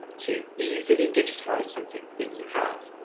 to easily digitise something that you have.